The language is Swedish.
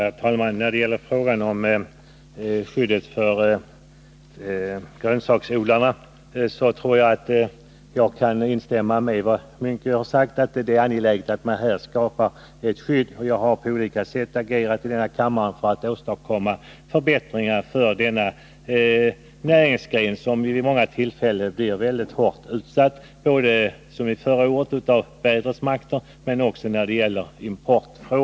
Herr talman! När det gäller frågan om ett skydd för grönsaksodlingen kan jag instämma i vad Sven Munke har sagt, nämligen att det är angeläget att skapa ett sådant skydd. Jag har på olika sätt agerat i denna kammare för att åstadkomma förbättringar för denna näringsgren, som ju vid många tillfällen blir väldigt hårt utsatt, både för vädrets makter, som under förra året, och när det gäller importen.